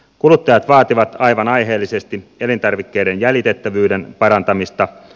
kuluttajat vaativat aivan aiheellisesti elintarvikkeiden jäljitettävyyden parantamista